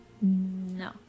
No